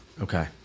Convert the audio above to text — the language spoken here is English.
Okay